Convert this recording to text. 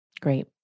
Great